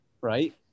right